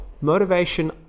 Motivation